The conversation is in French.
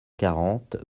quarante